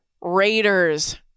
Raiders